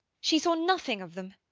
she saw nothing of them.